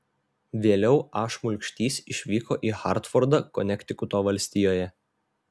vėliau a šmulkštys išvyko į hartfordą konektikuto valstijoje